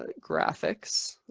ah graphics.